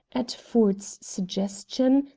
at ford's suggestion,